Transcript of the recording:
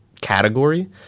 category